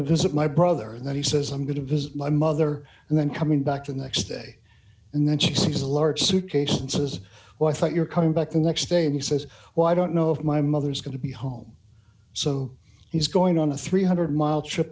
visit my brother and then he says i'm going to visit my mother and then coming back to the next day and then she sees a large suitcase and says well i think you're coming back the next day and he says well i don't know if my mother is going to be home so he's going on a three hundred